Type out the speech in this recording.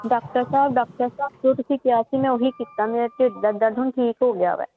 doctor ਸਾਹਿਬ doctor ਸਾਹਬ ਜੋ ਤੁਸੀਂ ਕਿਹਾ ਸੀ ਮੈਂ ਉਹੀ ਕੀਤਾ ਮੇਰੇ ਚ ਦਰਦ ਹੁਣ ਠੀਕ ਹੋ ਗਿਆ